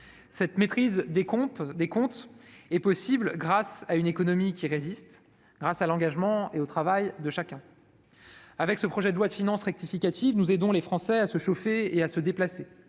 Cette maîtrise des comptes est possible grâce à une économie qui résiste, à l'engagement et au travail de chacun. Avec ce projet de loi de finances rectificative, nous aidons les Français à se chauffer et à se déplacer,